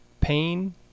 pain